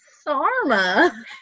Sarma